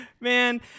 Man